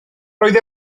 roedd